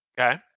Okay